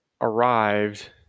arrived